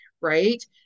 right